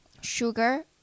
sugar